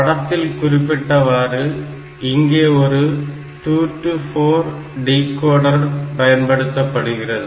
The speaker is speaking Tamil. படத்தில் குறிப்பிட்டவாறு இங்கே ஒரு 2 to 4 டிகோடர் பயன்படுத்தப்படுகிறது